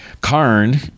Karn